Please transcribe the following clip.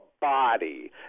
body